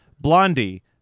Blondie